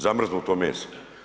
Zamrznuto meso.